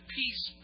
peace